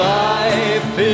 life